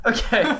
Okay